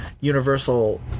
universal